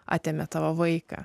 atėmė tavo vaiką